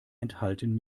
enthalten